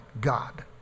God